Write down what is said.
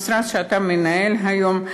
המשרד שאתה מנהל היום,